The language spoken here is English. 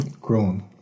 grown